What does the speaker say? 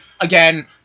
Again